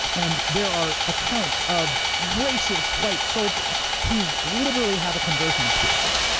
and there are accounts of racist white soldiers who literally have a conversion experience.